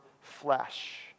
flesh